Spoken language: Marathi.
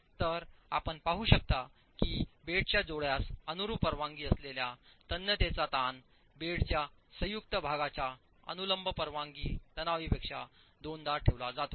तर आपण पाहू शकता की बेडच्या जोड्यास अनुरुप परवानगी असलेल्या तन्यतेचा ताण बेडच्या संयुक्त भागाच्या अनुलंब परवानगी तणावापेक्षा दोनदा ठेवला जातो